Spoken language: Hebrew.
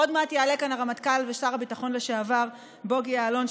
עוד מעט יעלה לכאן הרמטכ"ל ושר הביטחון לשעבר בוגי יעלון,